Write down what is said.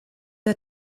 der